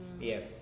Yes